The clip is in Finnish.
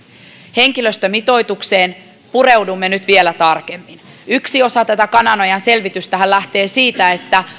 henkilöstömitoitukseen pureudumme nyt vielä tarkemmin yksi osa tätä kananojan selvitystähän lähtee siitä että